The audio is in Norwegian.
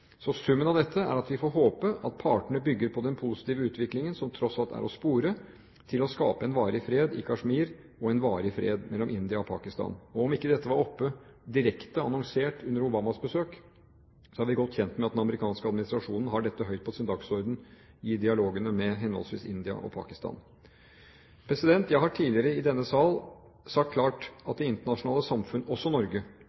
Så summen av dette er at vi får håpe at partene bygger på den positive utviklingen som tross alt er å spore, til å skape en varig fred i Kashmir og en varig fred mellom India og Pakistan. Og om ikke dette var oppe, direkte annonsert, under Obamas besøk, er vi godt kjent med at den amerikanske administrasjonen har dette høyt på sin dagsorden i dialogene med henholdsvis India og Pakistan. Jeg har tidligere i denne sal sagt klart at